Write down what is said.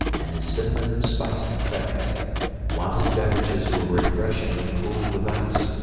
and his cinnamon-spiced claret while his beverages were refreshingly cooled with ice,